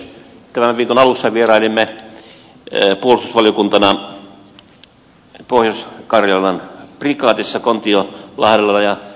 tämän viikon alussa vierailimme puolustusvaliokuntana pohjois karjalan prikaatissa kontiolahdella